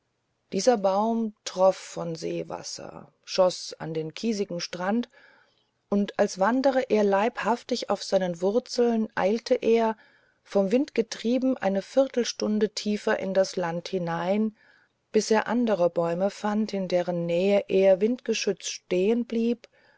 dieser baum troff von seewasser schoß an den kiesigen strand und als wandere er leibhaftig auf seinen wurzeln eilte er vom wind getrieben eine viertelstunde tiefer in das land hinein bis er andere bäume fand in deren nähe er windgeschützt stehen blieb